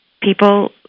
people